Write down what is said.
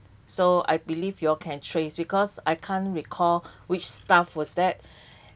so I believe you all can trace because I can't recall which staff was that